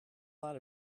lot